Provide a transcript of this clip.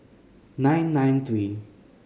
nine nine three